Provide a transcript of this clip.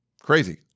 Crazy